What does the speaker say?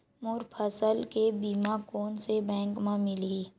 मोर फसल के बीमा कोन से बैंक म मिलही?